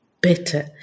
better